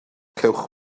cewch